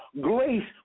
grace